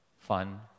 fun